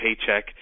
paycheck